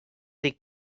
dic